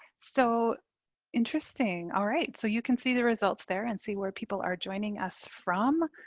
so interesting, all right. so you can see the results there and see where people are joining us from.